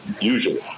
usually